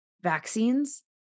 vaccines